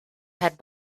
had